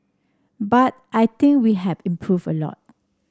but I think we have improved a lot